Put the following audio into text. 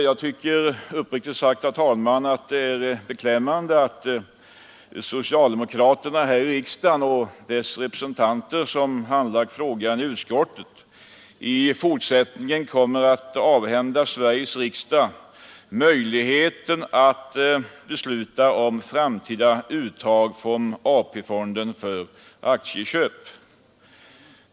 Jag tycker uppriktigt sagt att det är beklämmande att socialdemokraterna här i riksdagen och de socialdemokratiska ledamöterna som i utskottet handlagt frågan fortsättningsvis avhänder Sveriges riksdag möjligheten att besluta om framtida uttag från AP-fonden för aktieköp.